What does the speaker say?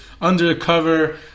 undercover